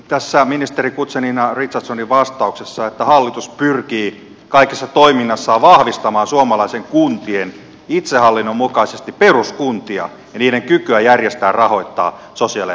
tässä ministeri guzenina richardsonin vastauksessa lukee että hallitus pyrkii kaikessa toiminnassaan vahvistamaan suomalaisen kuntien itsehallinnon mukaisesti peruskuntia ja niiden kykyä järjestää ja rahoittaa sosiaali ja terveyspalveluja